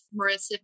Marissa